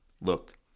Look